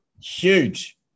huge